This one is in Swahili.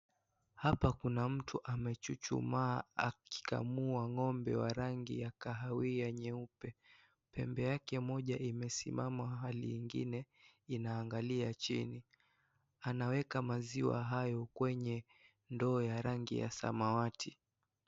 Hapa Kuna mtu ambaye amechuchumaa akikamua ng'ombe wa rangi ya kahawiya nyeupe. Pembeni yake moja imesimama hali ingine inaangalia chini. Anaweka maziwa hayo kwenye ndoo ya rangi ya samawati.